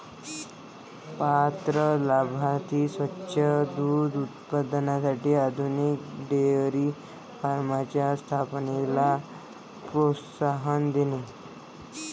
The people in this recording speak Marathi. पात्र लाभार्थी स्वच्छ दूध उत्पादनासाठी आधुनिक डेअरी फार्मच्या स्थापनेला प्रोत्साहन देणे